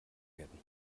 werden